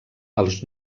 als